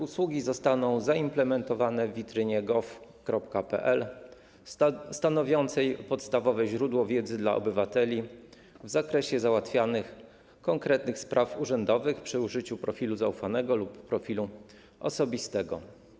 Usługi zostaną zaimplementowane w witrynie gov.pl, stanowiącej podstawowe źródło wiedzy dla obywateli w zakresie załatwianych konkretnych spraw urzędowych przy użyciu profilu zaufanego lub profilu osobistego.